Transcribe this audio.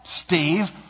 Steve